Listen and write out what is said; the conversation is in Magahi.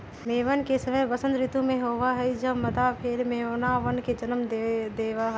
मेमन के समय वसंत ऋतु में होबा हई जब मादा भेड़ मेमनवन के जन्म देवा हई